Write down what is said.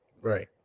Right